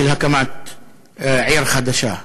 של הקמת עיר חדשה,